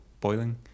boiling